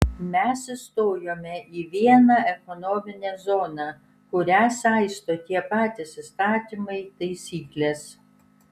mes įstojome į vieną ekonominę zoną kurią saisto tie patys įstatymai taisyklės